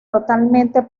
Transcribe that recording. totalmente